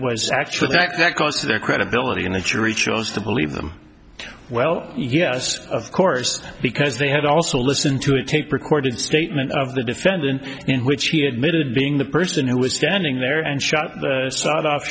was actually that that goes to their credibility and the jury chose to believe them well yes of course because they had also listened to a tape recorded statement of the defendant in which he admitted being the person who was standing there and shot